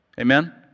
Amen